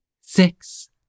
six